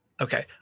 okay